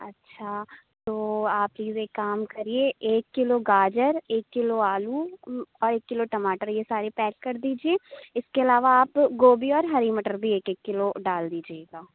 اچھا تو آپ پلیز ایک کام کریے ایک کلو گاجر ایک کلو آلو اور ایک کلو ٹماٹر یہ ساری پیک کر دیجیے اِس کے علاوہ آپ گوبھی اور ہری مٹر بھی ایک ایک کلو ڈال دیجیے گا